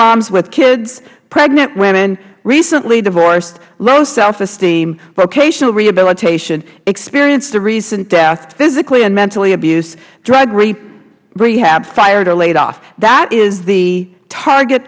moms with kids pregnant women recently divorced low self esteem vocational rehabilitation experienced a recent death physically and mentally abused drug rehab fired or laid off that is the target